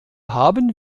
haben